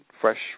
Fresh